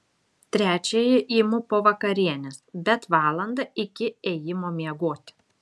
trečiąjį imu po vakarienės bet valandą iki ėjimo miegoti